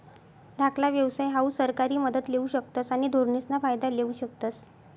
धाकला व्यवसाय हाऊ सरकारी मदत लेवू शकतस आणि धोरणेसना फायदा लेवू शकतस